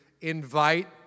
invite